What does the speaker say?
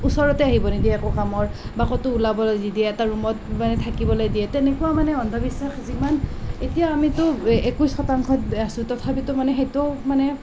ওচৰতে আহিব নিদিয়ে একো কামৰ বা ক'তো ওলাবলৈ নিদিয়ে এটা ৰুমত মানে থাকিবলৈ দিয়ে তেনেকুৱা মানে অন্ধবিশ্বাস যিমান এতিয়া আমিতো একৈছ শতাংশত আছোঁ তথাপিতো মানে সেইটো মানে